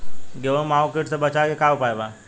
गेहूँ में माहुं किट से बचाव के का उपाय बा?